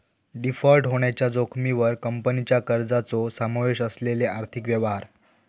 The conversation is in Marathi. डिफॉल्ट होण्याच्या जोखमीवर कंपनीच्या कर्जाचो समावेश असलेले आर्थिक व्यवहार